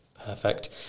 Perfect